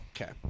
Okay